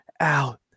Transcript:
out